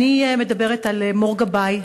אני מדברת על מור גבאי,